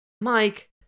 Mike